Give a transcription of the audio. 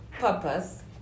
Purpose